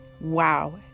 Wow